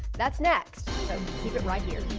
that's next, keep it right here.